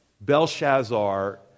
Belshazzar